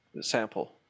sample